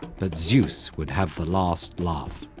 but zeus would have the last laugh.